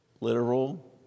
literal